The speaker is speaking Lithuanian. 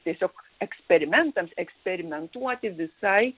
tiesiog eksperimentams eksperimentuoti visai